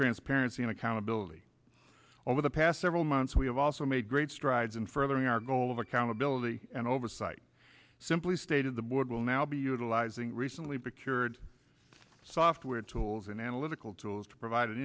transparency and accountability over the past several months we have also made great strides in furthering our goal of accountability and oversight simply stated the board will now be utilizing recently the cure third software tools and analytical tools to provide i